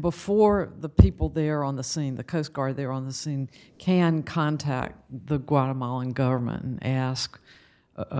before the people there on the scene the coast guard there on the scene can contact the guatemalan government and ask